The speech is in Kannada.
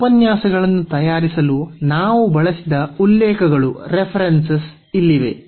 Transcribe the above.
ಈ ಉಪನ್ಯಾಸಗಳನ್ನು ತಯಾರಿಸಲು ನಾವು ಬಳಸಿದ ಉಲ್ಲೇಖಗಳು ಇಲ್ಲಿವೆ